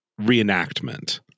reenactment